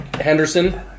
Henderson